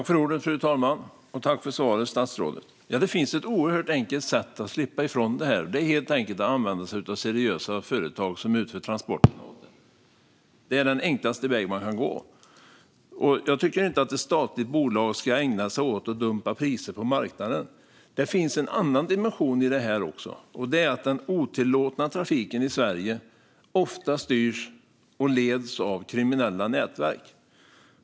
Fru talman! Tack för svaret, statsrådet! Det finns ett oerhört enkelt sätt att slippa ifrån det här, och det är helt enkelt att använda sig av seriösa företag som utför transporterna. Det är den enklaste väg man kan gå. Jag tycker inte att ett statligt bolag ska ägna sig åt att dumpa priser på marknaden. Det finns också en annan dimension på det här, och det är att den otillåtna trafiken i Sverige ofta styrs och leds av kriminella nätverk.